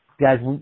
Guys